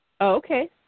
okay